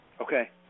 Okay